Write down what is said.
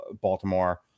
Baltimore